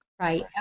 Right